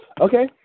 Okay